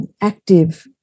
Active